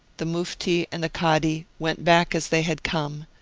the mufti and the kadi went back as they had come,